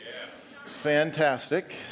Fantastic